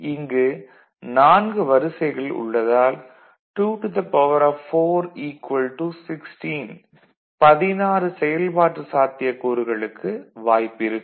இங்கு 4 வரிசைகள் உள்ளதால் 24 16 செயல்பாட்டு சாத்தியக்கூறுகளுக்கு வாய்ப்பு இருக்கும்